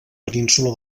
península